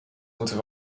moeten